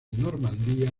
normandía